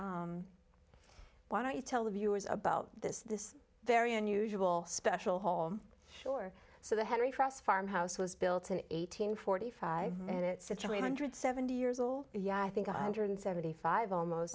why don't you tell the viewers about this this very unusual special hall sure so that henry for us farmhouse was built an eighteen forty five minutes to charlie hundred seventy years old yeah i think a hundred and seventy five almost